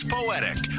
Poetic